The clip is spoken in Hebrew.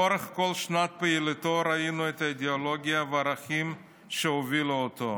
לאורך כל שנות פעילותו ראינו את האידיאולוגיה והערכים שהובילו אותו: